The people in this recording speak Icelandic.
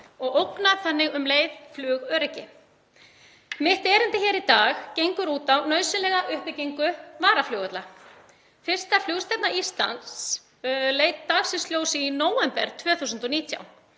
og ógna þannig um leið flugöryggi. Mitt erindi í dag gengur út á nauðsynlega uppbyggingu varaflugvalla. Fyrsta flugstefna Íslands leit dagsins ljós í nóvember 2019.